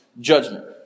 judgment